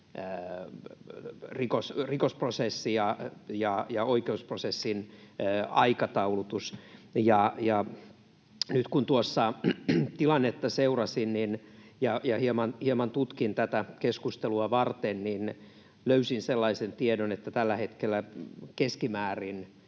rikosprosessi ja oikeusprosessin aikataulutus. Nyt kun tuossa tilannetta seurasin ja hieman tutkin tätä keskustelua varten, niin löysin sellaisen tiedon, että tällä hetkellä keskimäärin